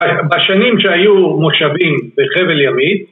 בשנים שהיו מושבים בחבל ימית